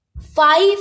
five